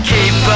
Keep